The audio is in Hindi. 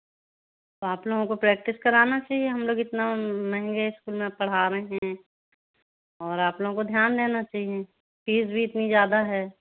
आप लोगों को प्रेक्टिस कराना चाहिए हम लोग इतना मंहगे स्कूल में पढ़ा रहे हैं और आप लोगों को ध्यान देना चाहिए फ़ीस भी इतनी ज़्यादा है